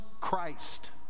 Christ